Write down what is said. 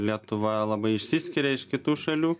lietuva labai išsiskiria iš kitų šalių